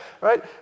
right